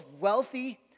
wealthy